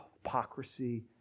hypocrisy